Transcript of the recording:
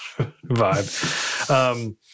vibe